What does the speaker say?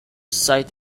site